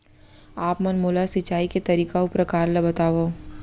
आप मन मोला सिंचाई के तरीका अऊ प्रकार ल बतावव?